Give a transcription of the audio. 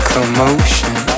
Commotion